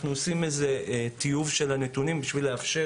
אנחנו עושים טיוב של הנתונים כדי לאפשר